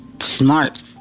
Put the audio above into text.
smart